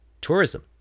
tourism